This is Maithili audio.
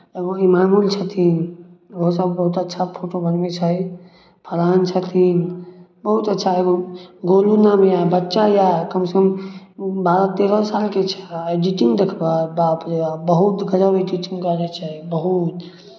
एगो इमामूल छथिन ओहोसभ बहुत अच्छा फोटो बनबै छै फहरान छथिन बहुत अच्छा एगो गोलू नाम हइ बच्चा यए कमसँ कम बारह तेरह सालके छै आ एडिटिंग देखबै बाप रे बाप बहुत गजब एडिटिंग करै छै बहुत